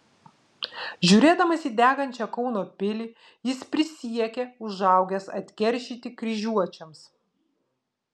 žiūrėdamas į degančią kauno pilį jis prisiekė užaugęs atkeršyti kryžiuočiams